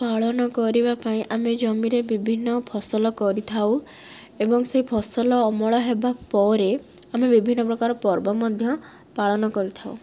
ପାଳନ କରିବା ପାଇଁ ଆମେ ଜମିରେ ବିଭିନ୍ନ ଫସଲ କରିଥାଉ ଏବଂ ସେଇ ଫସଲ ଅମଳ ହେବା ପରେ ଆମେ ବିଭିନ୍ନ ପ୍ରକାର ପର୍ବ ମଧ୍ୟ ପାଳନ କରିଥାଉ